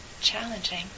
challenging